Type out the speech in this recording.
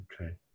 Okay